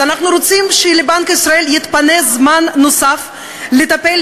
אנחנו רוצים שלבנק ישראל יתפנה זמן נוסף לטפל